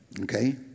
Okay